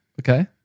Okay